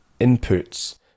inputs